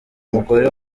mugore